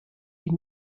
bin